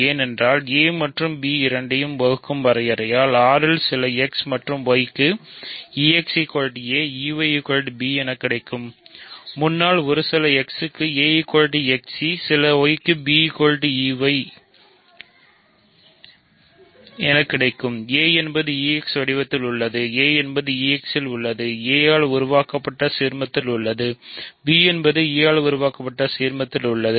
ஏனென்றால் a மற்றும் b இரண்டையும் வகுக்கும் வரையறையால் R இல் சில x மற்றும் y க்கு exa eyb என கிடைக்கும் முன்னால் ஒரு சில x க்கு a xe சில y க்கு bey a என்பது ex வடிவத்தில் உள்ளது a என்பது ex இல் உள்ளது a ஆல் உருவாக்கப்பட்ட சீர்மத்தில் உள்ளது b என்பது e ஆல் உருவாக்கப்பட்ட சீர்மத்தில் உள்ளது